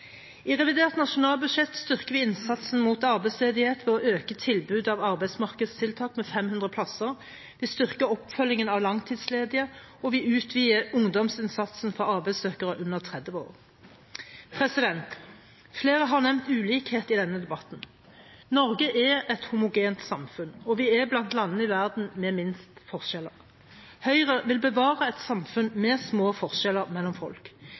I revidert nasjonalbudsjett styrker vi innsatsen mot arbeidsledighet ved å øke tilbudet av arbeidsmarkedstiltak med 500 plasser, ved å styrke oppfølgingen av langtidsledige, og ved å utvide ungdomsinnsatsen for arbeidssøkere under 30 år. Flere har nevnt ulikhet i denne debatten. Norge er et homogent samfunn, og vi er blant landene i verden med minst forskjeller. Høyre vil bevare et samfunn med små forskjeller mellom folk.